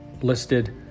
listed